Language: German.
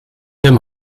dem